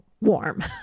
warm